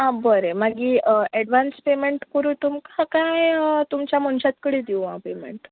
आं बरें मागीर एडवान्स पेमॅंट करूं तुमकां कांय तुमच्या मनशा कडेन दिवं हांव पेमॅंट